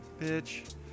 bitch